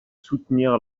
soutenir